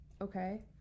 okay